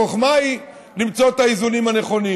החוכמה היא למצוא את האיזונים הנכונים.